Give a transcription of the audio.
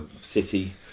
city